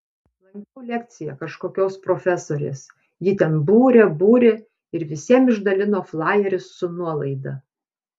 lankiau lekcija kažkokios profesorės ji ten būrė būrė ir visiem išdalino flajerius su nuolaida